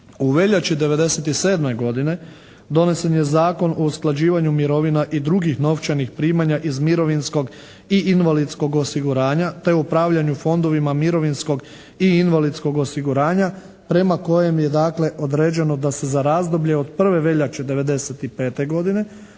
U veljači '97. godine donesen je Zakona o usklađivanju mirovina i drugih novčanih primanja iz mirovinskog i invalidskog osiguranja te upravljanju Fondovima mirovinskog i invalidskog osiguranja prema kojem je dakle, određeno da se za razdoblje od 1. veljače '95. godine